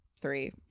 three